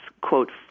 quote